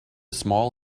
small